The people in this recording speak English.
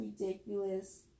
ridiculous